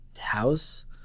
house